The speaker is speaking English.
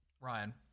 Ryan